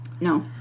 No